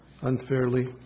unfairly